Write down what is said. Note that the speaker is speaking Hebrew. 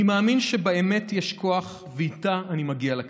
אני מאמין שבָאמת יש כוח, ואיתה אני מגיע לכנסת.